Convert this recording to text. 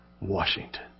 Washington